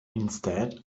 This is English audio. instead